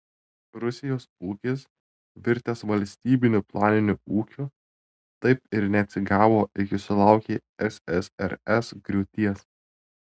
rusijos ūkis virtęs valstybiniu planiniu ūkiu taip ir neatsigavo iki sulaukė ssrs griūties